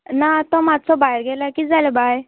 ना तो मात्सो भायर गेला कित जालें बाय